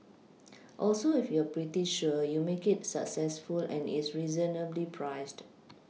also if you're pretty sure you make it successful and it's reasonably priced